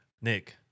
Nick